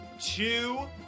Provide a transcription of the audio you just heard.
two